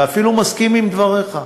ואפילו מסכים עם דבריך,